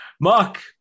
Mark